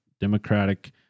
democratic